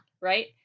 Right